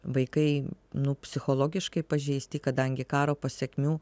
vaikai nu psichologiškai pažeisti kadangi karo pasekmių